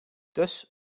dus